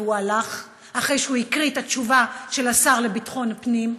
והוא הלך אחרי שהוא הקריא את התשובה של השר לביטחון הפנים.